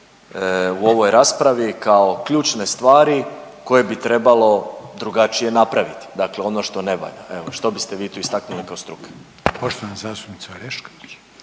u ovoj raspravi kao ključne stvari koje bi trebalo drugačije napraviti, dakle ono što ne valja. Evo što biste vi tu istaknuli kao struka? **Reiner, Željko